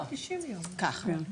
ככה,